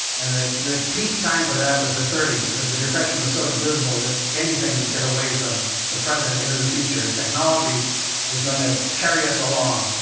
and the the peak time for that was the thirty s, because the depression was so dismal that anything to get away from the present into the future. and technology was going to carry us along.